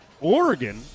Oregon